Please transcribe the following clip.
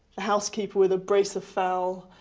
the housekeeper with a brace of fowl,